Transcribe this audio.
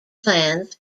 plans